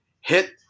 hit